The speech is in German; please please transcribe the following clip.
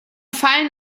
fallen